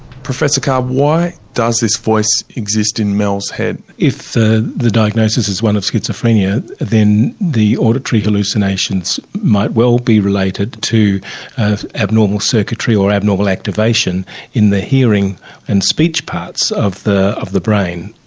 professor carr, why does this voice exist in mel's head? if the the diagnosis is one of schizophrenia, then the auditory hallucinations might well be related to abnormal circuitry or abnormal activation in the hearing and speech parts of the of the brain,